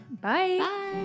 Bye